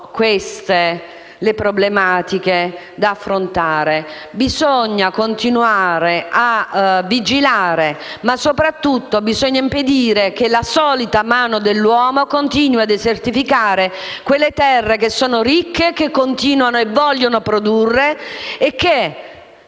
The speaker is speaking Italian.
queste le problematiche da affrontare. Bisogna continuare a vigilare e soprattutto impedire che la solita mano dell'uomo continui a desertificare quelle terre, che sono ricche e vogliono continuare a produrre.